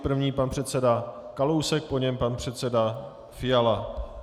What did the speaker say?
První pan předseda Kalousek, po něm pan předseda Fiala.